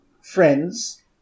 friends